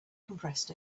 compressed